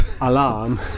alarm